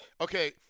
okay